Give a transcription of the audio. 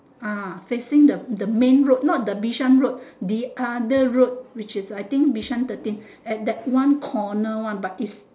ah facing the the main road not the bishan road the other road which is I think bishan thirteen at that one corner one but is